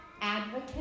advocate